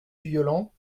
violent